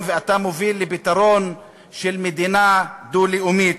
ואתה מוביל לפתרון של מדינה דו-לאומית.